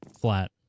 flat